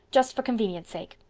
just for convenience' sake?